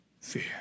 fear